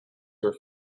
were